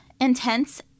intense